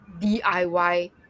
DIY